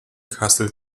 kassel